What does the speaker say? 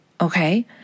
Okay